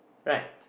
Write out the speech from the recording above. right